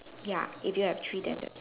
ya if you have three then that